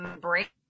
break